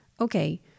okay